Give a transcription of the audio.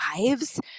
lives